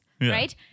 right